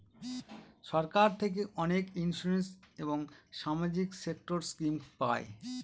সরকার থেকে অনেক ইন্সুরেন্স এবং সামাজিক সেক্টর স্কিম পায়